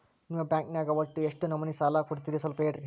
ನಿಮ್ಮ ಬ್ಯಾಂಕ್ ನ್ಯಾಗ ಒಟ್ಟ ಎಷ್ಟು ನಮೂನಿ ಸಾಲ ಕೊಡ್ತೇರಿ ಸ್ವಲ್ಪ ಹೇಳ್ರಿ